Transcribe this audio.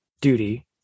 duty